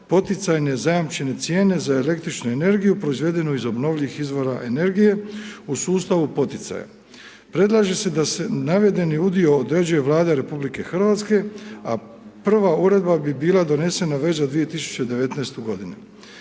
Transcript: poticajne zajamčene cijene za električnu energiju proizvedenu iz obnovljivih izvora energije u sustavu poticaja. Predlaže se da se, navedeni udio određuje Vlada RH a prva uredba bi bila donesena već za 2019. godinu.